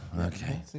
Okay